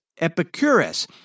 Epicurus